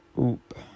oop